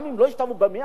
גם אם לא ישתוו ב-100%,